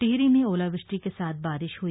टिहरी में ओलावृष्टि के साथ बारिश हई